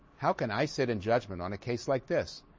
how can i sit in judgment on a case like this,